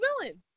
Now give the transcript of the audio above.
villain